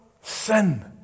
sin